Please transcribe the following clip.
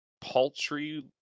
paltry